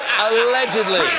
allegedly